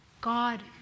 God